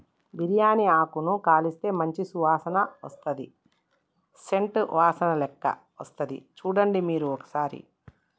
బిరియాని ఆకును కాలిస్తే మంచి సువాసన వస్తది సేంట్ వాసనలేక్క వస్తది చుడండి మీరు ఒక్కసారి